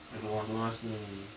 I don't want don't ask me